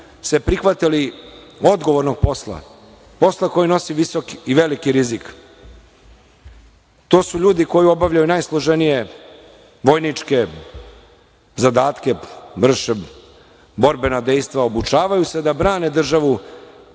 se prihvatili odgovornog posla, posla koji nosi visok i veliki rizik. To su ljudi koji obavljaju najsloženije vojničke zadatke, vrše borbena dejstva, obučavaju se da brane državu